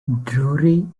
drury